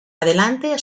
adelante